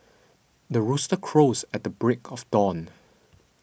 the rooster crows at the break of dawn